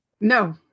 No